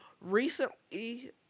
recently